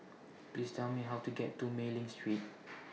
Please Tell Me How to get to Mei Ling Street